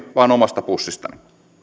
vaan omasta pussistani